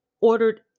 ordered